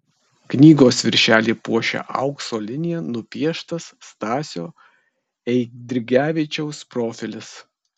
knygos viršelį puošia aukso linija nupieštas stasio eidrigevičiaus profilis